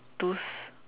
those